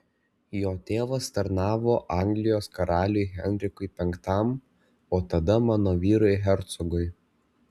jo tėvas tarnavo anglijos karaliui henrikui v o tada mano vyrui hercogui